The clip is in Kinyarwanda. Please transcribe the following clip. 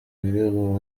birego